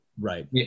Right